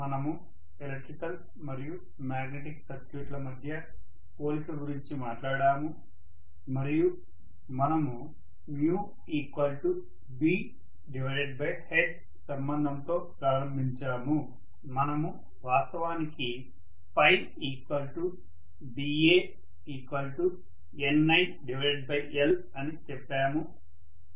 మనము ఎలక్ట్రికల్ మరియు మాగ్నెటిక్ సర్క్యూట్ల మధ్య పోలిక గురించి మాట్లాడాము మరియు మనము B H సంబంధంతో ప్రారంభించాము మనము వాస్తవానికి BA Nil అని చెప్పాము